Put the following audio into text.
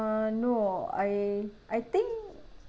no I I think